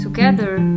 Together